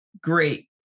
Great